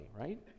right